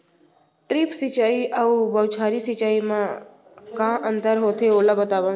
Drip सिंचाई अऊ बौछारी सिंचाई मा का अंतर होथे, ओला बतावव?